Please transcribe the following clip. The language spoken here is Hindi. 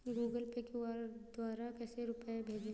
गूगल पे क्यू.आर द्वारा कैसे रूपए भेजें?